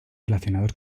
relacionados